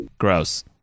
gross